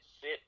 sit